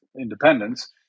independence